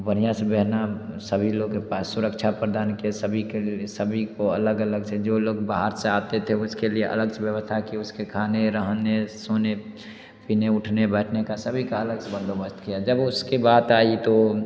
बढ़िया से बढ़िया सभी लोग के पास सुरक्षा प्रदान किया सभी के सभी को अलग अलग से जो लोग बाहर से आते थे उसके लिए अलग से व्यवस्था की उसके खाने रहने सोने पीने उठने बैठने का सभी का अलग से बंदोबस्त किया जब उसके बात आई तो